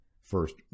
First